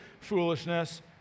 foolishness